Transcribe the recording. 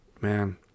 man